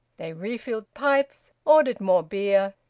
they refilled pipes, ordered more beer,